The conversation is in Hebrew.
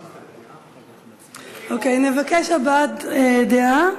נבקש הבעת דעה.